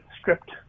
script